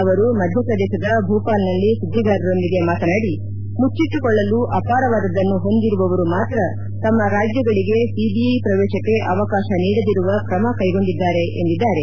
ಅವರು ಮಧ್ಯಪ್ರದೇಶದ ಭೂಪಾಲ್ನಲ್ಲಿ ಸುದ್ದಿಗಾರರೊಂದಿಗೆ ಮಾತನಾಡಿ ಮುಚ್ಚಟ್ಟುಕೊಳ್ಳಲು ಅಪಾರವಾದದ್ದನ್ನು ಹೊಂದಿರುವವರು ಮಾತ್ರ ತಮ್ಮ ರಾಜ್ಯಗಳಿಗೆ ಸಿಬಿಐ ಪ್ರವೇಶಕ್ಕೆ ಅವಕಾಶ ನೀಡದಿರುವ ಕ್ರಮ ಕೈಗೊಂಡಿದ್ದಾರೆ ಎಂದಿದ್ದಾರೆ